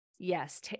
Yes